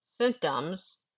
symptoms